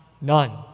none